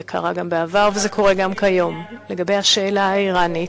זה קרה גם בעבר וזה קורה גם כיום לגבי השאלה האיראנית.